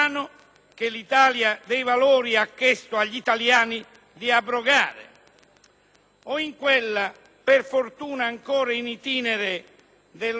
o in quella, per fortuna ancora *in itinere*, del lodo cosiddetto Consolo - la «salva Ministri», per capirci